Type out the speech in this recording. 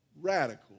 radical